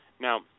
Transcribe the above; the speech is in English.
now